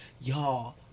Y'all